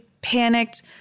panicked